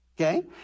Okay